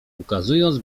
ukazując